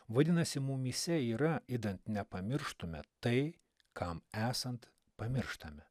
vadinasi mumyse yra idant nepamirštume tai kam esant pamirštame